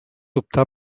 optar